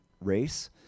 race